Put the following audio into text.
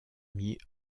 mis